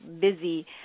busy